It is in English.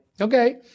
okay